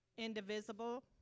indivisible